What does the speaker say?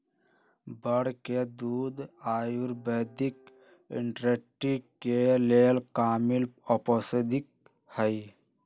बड़ के दूध आयुर्वैदिक इंडस्ट्री के लेल कामिल औषधि हई